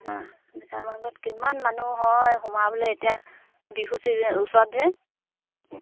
অঁ বিশাল মাৰ্কেটত কিমান মানুহ হয় সোমাবলে এতিয়া বিহু ওচৰত যে